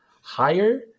higher